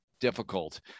difficult